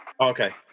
Okay